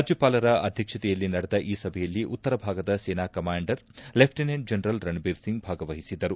ರಾಜ್ಯಪಾಲರ ಅಧ್ಯಕ್ಷತೆಯಲ್ಲಿ ನಡೆದ ಈ ಸಭೆಯಲ್ಲಿ ಉತ್ತರ ಭಾಗದ ಸೇನಾ commander lieutenant general Ranbir Singh ಭಾಗವಹಿಸಿದ್ದರು